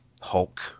Hulk